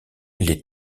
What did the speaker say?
les